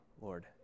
Lord